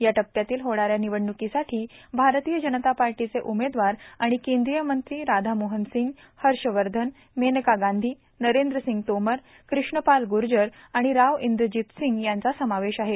या टप्प्यातील होणा या निवडण्कीसाठी भारतीय जनता पार्टीचे उमेदवार आणि केंद्रीय मंत्री राधामोहन सिंग हर्षवर्धन मेनका गांधी नरेंद्रसिंग तोमर क्रिष्णपाल ग्र्जर आणि राव इंद्रजीत सिंग यांचा समावेश आहे